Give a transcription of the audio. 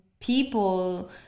people